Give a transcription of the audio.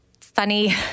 funny